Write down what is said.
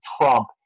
trump